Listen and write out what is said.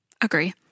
Agree